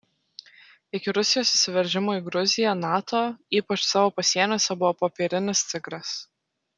iki rusijos įsiveržimo į gruziją nato ypač savo pasieniuose buvo popierinis tigras